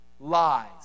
lies